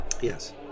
Yes